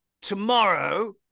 Tomorrow